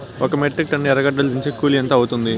ఒక metric tonne ఎర్రగడ్డలు దించేకి కూలి ఎంత అవుతుంది?